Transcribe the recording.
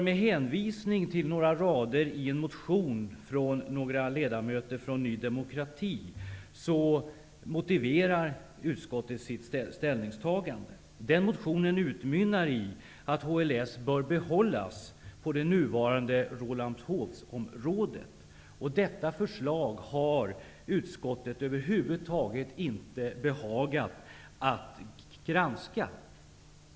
Med hänvisning till några rader i en motion från några av Ny demokratis ledamöter motiverar utskottet sitt ställningstagande. Den motionen utmynnar i att HLS bör behållas på Rålambshovsområdet. Detta förslag har utskottet över huvud taget inte behagat granska.